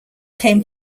came